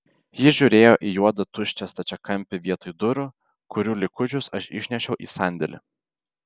ji žiūrėjo į juodą tuščią stačiakampį vietoj durų kurių likučius aš išnešiau į sandėlį